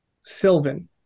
Sylvan